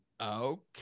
Okay